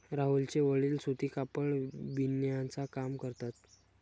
राहुलचे वडील सूती कापड बिनण्याचा काम करतात